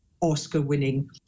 Oscar-winning